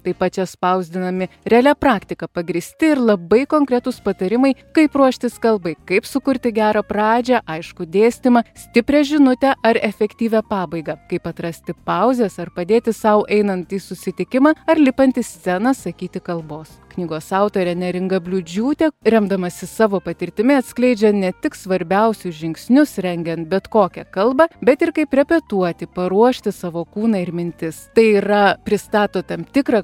taip pat čia spausdinami realia praktika pagrįsti ir labai konkretūs patarimai kaip ruoštis kalbai kaip sukurti gerą pradžią aiškų dėstymą stiprią žinutę ar efektyvią pabaigą kaip atrasti pauzes ar padėti sau einant į susitikimą ar lipant į sceną sakyti kalbos knygos autorė neringa bliūdžiūtė remdamasis savo patirtimi atskleidžia ne tik svarbiausius žingsnius rengiant bet kokią kalbą bet ir kaip repetuoti paruošti savo kūną ir mintis tai yra pristato tam tikrą